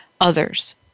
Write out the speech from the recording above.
others